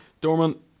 Dorman